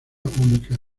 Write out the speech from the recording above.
única